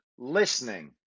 Listening